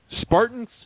Spartans